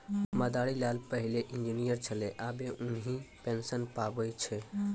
मदारी लाल पहिलै इंजीनियर छेलै आबे उन्हीं पेंशन पावै छै